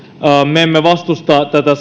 me me emme vastusta tätä